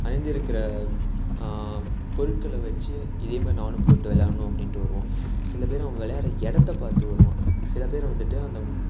அணிந்திருக்கிற பொருட்களை வைச்சு இதேமாதிரி நானும் போட்டு விளாட்ணும் அப்படின்ட்டு வருவான் சில பேர் அவன் விளையாட்ற இடத்த பார்த்து வருவான் சில பேர் வந்துட்டு அந்த